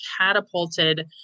catapulted